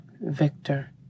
Victor